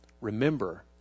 Remember